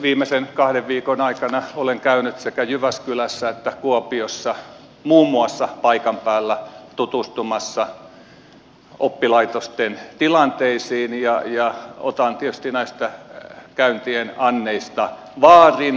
viimeisen kahden viikon aikana olen käynyt muun muassa sekä jyväskylässä että kuopiossa paikan päällä tutustumassa oppilaitosten tilanteisiin ja otan tietysti näiden käyntien anneista vaarin